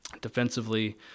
Defensively